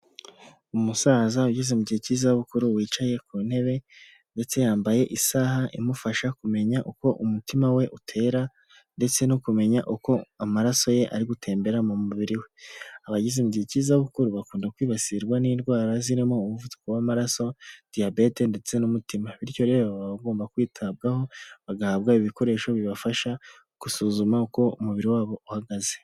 Umusaza ugeze mu gihe cy'izabukuru wicaye ku ntebe ndetse yambaye isaha imufasha kumenya uko umutima we utera ndetse no kumenya uko amaraso ye ari gutembera mu mubiri we, abageze mu gihe cy'izabukuru bakunda kwibasirwa n'indwara zirimo umuvuduko w'amaraso, Diyabete ndetse n'umutima, bityo rero baba bagomba kwitabwaho bagahabwa ibikoresho bibafasha gusuzuma uko umubiri wabo uhagaze.